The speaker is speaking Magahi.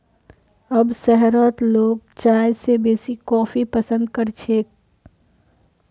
अब शहरत लोग चाय स बेसी कॉफी पसंद कर छेक